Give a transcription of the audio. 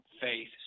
faith